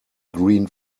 green